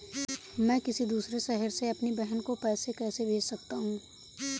मैं किसी दूसरे शहर से अपनी बहन को पैसे कैसे भेज सकता हूँ?